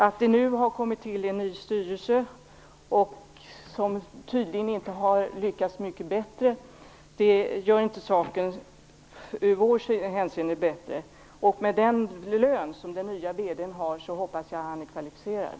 Att det nu kommit till en ny styrelse, som tydligen inte har lyckats så mycket bättre, gör inte saken från vår synpunkt bättre. Jag hoppas att den nya VD:n, med tanke på den lön som han har, är kvalificerad.